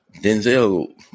Denzel